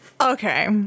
Okay